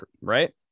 Right